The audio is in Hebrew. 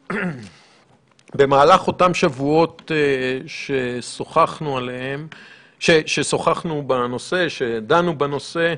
במהלך אותם שבועות ששוחחנו בנושא, שדנו בנושא,